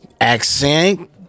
accent